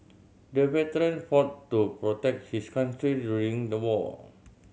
the veteran fought to protect his country during the war